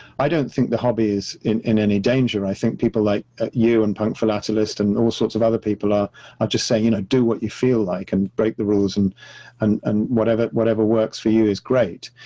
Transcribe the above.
i don't think the hobby is in in any danger. i think people like ah you and punk philatelist and all sorts of other people are, i just say, you know, do what you feel like and break the rules, and and whatever whatever works for you is great.